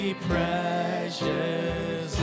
precious